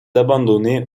abandonnée